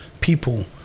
people